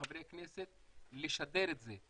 כחברי כנסת צריכים לשדר את זה,